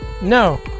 No